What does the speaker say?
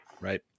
right